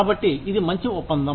కాబట్టి ఇది మంచి ఒప్పందం